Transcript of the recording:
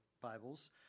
Bibles